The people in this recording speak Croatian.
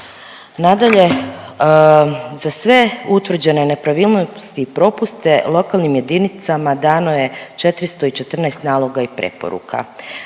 Nadalje, za sve utvrđene nepravilnosti i propuste lokalnim jedinicama dano je 414 naloga i preporuka.